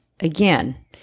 Again